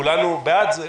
כולנו בעד זה.